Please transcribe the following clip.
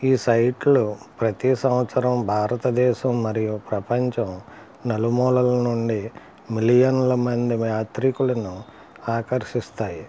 ఈ సైట్లో ప్రతి సంవత్సరం భారతదేశం మరియు ప్రపంచం నలుమూలల నుండి మిలియన్ల మంది యాత్రికులను ఆకర్షిస్తాయి